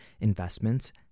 investments